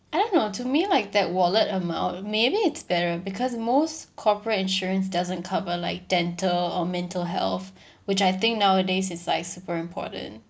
I don't know to me like that wallet amount maybe it's better because most corporate insurance doesn't cover like dental or mental health which I think nowadays it's like super important